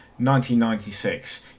1996